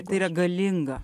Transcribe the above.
tai yra galinga